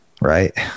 Right